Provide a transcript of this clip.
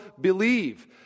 believe